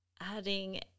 adding